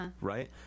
right